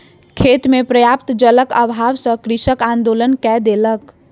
खेत मे पर्याप्त जलक अभाव सॅ कृषक आंदोलन कय देलक